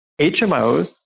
HMOs